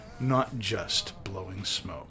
notjustblowingsmoke